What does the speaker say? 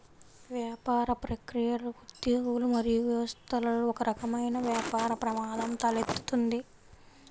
వ్యాపార ప్రక్రియలు, ఉద్యోగులు మరియు వ్యవస్థలలో ఒకరకమైన వ్యాపార ప్రమాదం తలెత్తుతుంది